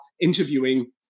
interviewing